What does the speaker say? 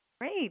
Great